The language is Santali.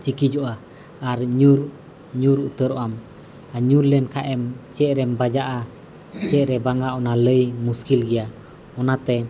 ᱪᱤᱠᱤᱡᱚᱜᱼᱟ ᱟᱨ ᱧᱩᱨ ᱧᱩᱨ ᱩᱛᱟᱹᱨᱚᱜᱼᱟᱢ ᱟᱨ ᱧᱩᱨ ᱞᱮᱱᱠᱷᱟᱱᱮᱢ ᱪᱮᱫᱨᱮᱢ ᱵᱟᱡᱟᱜᱼᱟ ᱪᱮᱫ ᱨᱮ ᱵᱟᱝᱟ ᱚᱱᱟ ᱞᱟᱹᱭ ᱢᱩᱥᱠᱤᱞ ᱜᱮᱭᱟ ᱚᱱᱟᱛᱮ